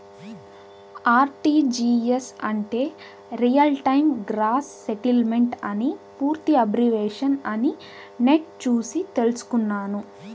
RTGS అంటే real time gross settlement అని పూర్తి అబ్రివేషన్ అని నెట్ చూసి తెల్సుకున్నాను